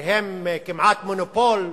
שהם כמעט מונופול,